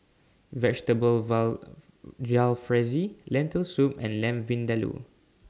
Vegetable Jalfrezi Lentil Soup and Lamb Vindaloo